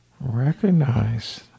Recognize